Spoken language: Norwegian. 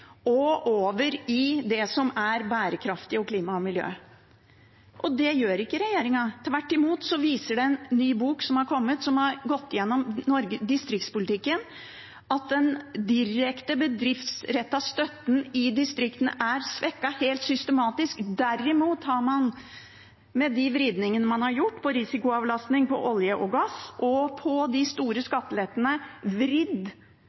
og over i det som er bærekraftig, klima og miljø. Det gjør ikke regjeringen. Tvert imot viser en ny bok som har kommet, der man har gått gjennom distriktspolitikken, at den direkte bedriftsrettede støtten i distriktene er svekket helt systematisk. Derimot har man med de vridningene man har gjort på risikoavlastning for olje og gass og på de store skattelettene, vridd